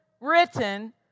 written